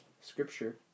scripture